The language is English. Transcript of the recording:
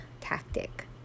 tactic